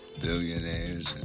billionaires